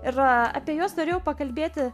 ir apie juos norėjau pakalbėti